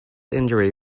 injury